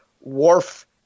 wharf